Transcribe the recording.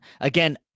Again